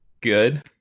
good